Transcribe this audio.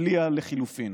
בלי הלחלופין.